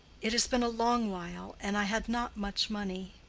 it has been a long while, and i had not much money.